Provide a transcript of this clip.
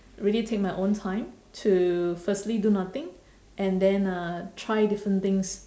really take my own time to firstly do nothing and then uh try different things